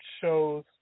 shows